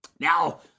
Now